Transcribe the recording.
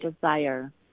desire